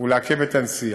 ולעכב את הנסיעה.